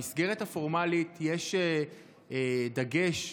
במסגרת הפורמלית יש דגש,